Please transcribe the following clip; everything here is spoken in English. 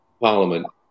parliament